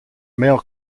male